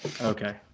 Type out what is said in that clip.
Okay